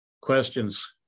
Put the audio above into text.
Questions